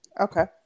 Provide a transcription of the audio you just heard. Okay